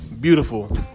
beautiful